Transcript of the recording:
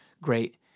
great